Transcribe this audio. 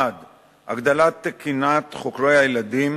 1. הגדלת תקינת חוקרי הילדים,